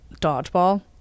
dodgeball